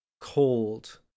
cold